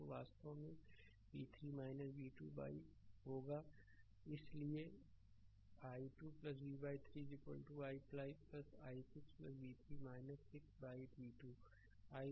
तो यह वास्तव में v3 v2 बाइ होगा इसलिए I 2 v 3 i5 i6 v3 6 by v2